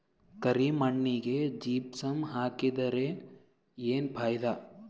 ಕರಿ ಮಣ್ಣಿಗೆ ಜಿಪ್ಸಮ್ ಹಾಕಿದರೆ ಏನ್ ಫಾಯಿದಾ?